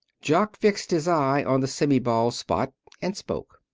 jock fixed his eye on the semi-bald spot and spoke.